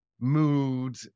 mood